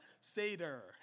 Seder